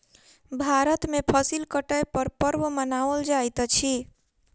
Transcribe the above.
भारत में फसिल कटै पर पर्व मनाओल जाइत अछि